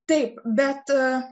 taip bet